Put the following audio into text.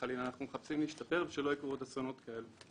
אנחנו מחפשים להשתפר כדי שלא יקרו עוד אסונות כאלה.